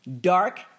dark